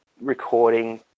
recording